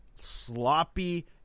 sloppy